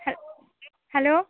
Hal hello